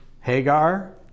Hagar